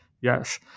Yes